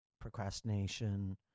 procrastination